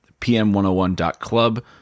pm101.club